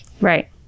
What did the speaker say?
Right